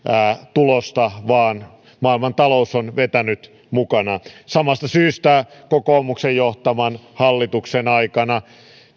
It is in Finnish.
tulosta vaan maailmantalous on vetänyt mukana samasta syystä kokoomuksen johtaman hallituksen aikana